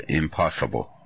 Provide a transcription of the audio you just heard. impossible